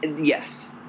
Yes